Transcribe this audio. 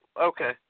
okay